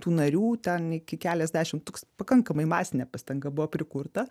tų narių ten iki keliasdešimt tūkst pakankamai masinė pastanga buvo prikurta